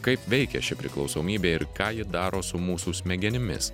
kaip veikia ši priklausomybė ir ką ji daro su mūsų smegenimis